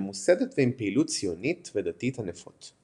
ממוסדת ועם פעילות ציונית ודתית ענפות.